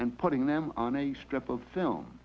and putting them on a strip of film